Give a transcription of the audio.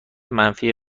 منفی